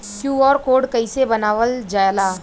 QR code कइसे बनवाल जाला?